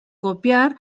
copiar